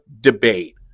debate